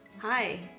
Hi